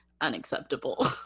unacceptable